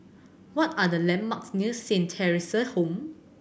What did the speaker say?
what are the landmarks near Saint Theresa's Home